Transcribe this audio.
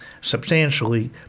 substantially